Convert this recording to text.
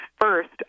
first